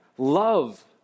love